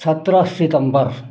सत्रह सितम्बर